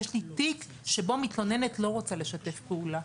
יש לי תיק שבו מתלוננת לא רוצה לשתף פעולה,